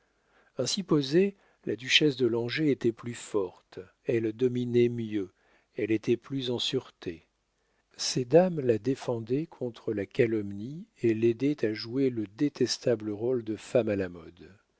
ainsi posée la duchesse de langeais était plus forte elle dominait mieux elle était plus en sûreté ses dames la défendaient contre la calomnie et l'aidaient à jouer le détestable rôle de femme à la mode